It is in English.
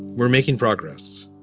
we're making progress,